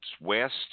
West